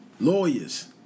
lawyers